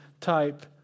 type